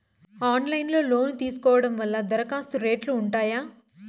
Online లో లోను తీసుకోవడం వల్ల దరఖాస్తు రేట్లు ఉంటాయా?